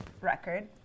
record